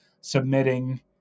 submitting